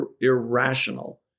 irrational